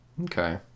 Okay